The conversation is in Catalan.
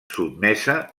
sotmesa